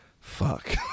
fuck